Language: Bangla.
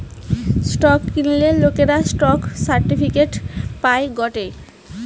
স্টক কিনলে লোকরা স্টক সার্টিফিকেট পায় গটে